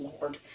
lord